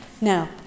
Now